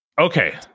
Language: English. okay